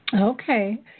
Okay